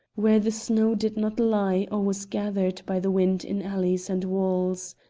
where the snow did not lie or was gathered by the wind in alleys and walls.